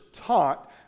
taught